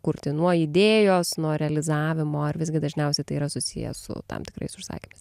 kurti nuo idėjos nuo realizavimo ar visgi dažniausiai tai yra susiję su tam tikrais užsakymais